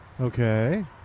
Okay